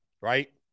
Right